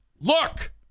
look